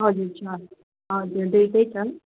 हजुर छ हजुर दिएकै छ